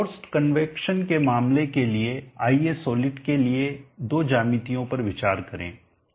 forced convection के मामले के लिए आइए सॉलिड के लिए दो ज्यामितीयों पर विचार करें